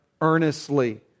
earnestly